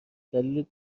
دلیل